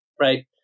Right